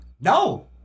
No